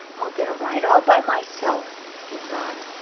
i'll get a ride all by myself, he thought,